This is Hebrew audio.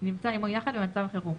במצב חירום,